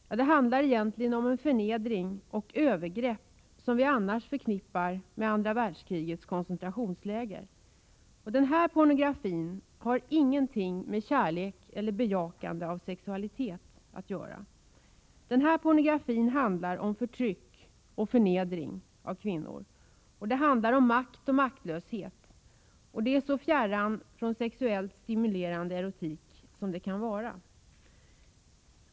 Ja, det handlar om förnedring och övergrepp som vi annars förknippar med andra världskrigets koncentrationsläger. Den pornografin har ingenting med kärlek och bejakande av sexualitet att göra. Den pornografin handlar om förtryck och förnedring av kvinnor. Den handlar om makt och maktlöshet. Den är så fjärran från sexuellt stimulerande erotik som den kan vara.